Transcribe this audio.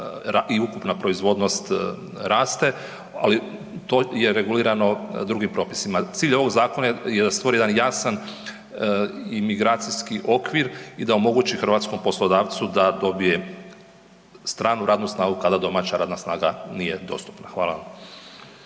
i ukupna proizvodnost raste, ali to je regulirano drugim propisima. Cilj ovog zakona je da stvori jedan jasan imigracijski okvir i da omogući hrvatskom poslodavcu da dobije stranu radnu snagu kada domaća radna snaga nije dostupna. Hvala.